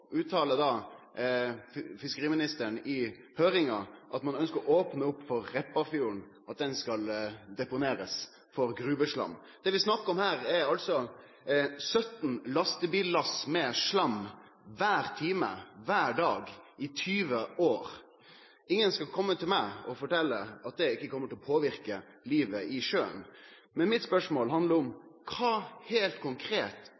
uttaler då fiskeriministeren i høyringa at ein ønskjer å opne opp for at Repparfjorden skal vere deponi for gruveslam. Det vi snakkar om her, er altså 17 lastebillass med slam kvar time, kvar dag, i 20 år. Ingen skal kome til meg og fortelje at det ikkje kjem til å påverke livet i sjøen. Spørsmålet mitt er: Kva vil lokalsamfunna heilt konkret